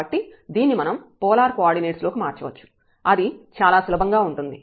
కాబట్టి దీన్ని మనం పోలార్ కోఆర్డినేట్స్ లోకి మార్చవచ్చు అది చాలా సులభంగా ఉంటుంది